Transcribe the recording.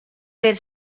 per